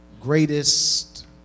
greatest